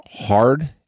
hard